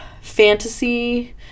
fantasy